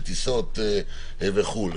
בטיסות וכו',